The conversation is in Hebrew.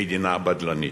מדינה בדלנית.